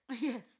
yes